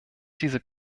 dieser